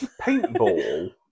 Paintball